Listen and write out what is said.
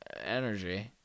energy